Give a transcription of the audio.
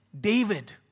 David